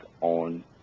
on